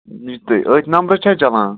أتھۍ نمبرس چھےٚ چلان